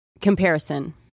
comparison